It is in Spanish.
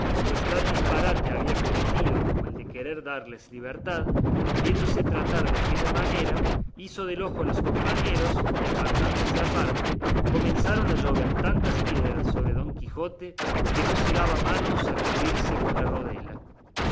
pues tal disparate había cometido como el de querer darles libertad viéndose tratar de aquella manera hizo del ojo a los compañeros y apartándose aparte comenzaron a llover tantas piedras sobre don quijote que no se daba manos a cubrirse con la rodela